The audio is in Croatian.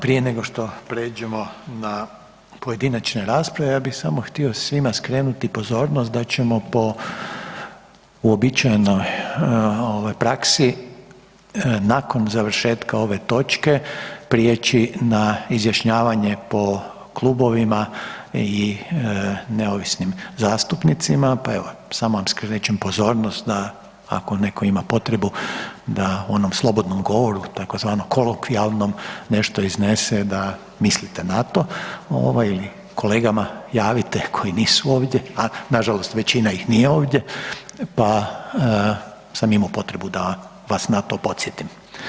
Prije nego što prijeđemo na pojedinačne rasprave ja bih samo htio svima skrenuti pozornost da ćemo po uobičajenoj praksi nakon završetka ove točke prijeći na izjašnjavanje po klubovima i neovisnim zastupnicima, pa evo samo vam skrećem pozornost da ako neko ima potrebno da u onom slobodnom govoru tzv. kolokvijalnom nešto iznese da mislite na to ili kolegama javite koji nisu ovdje, a nažalost većina ih nije ovdje pa sam imao potrebu da vas na to podsjetim.